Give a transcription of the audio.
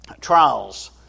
trials